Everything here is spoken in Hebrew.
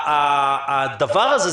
הדבר הזה,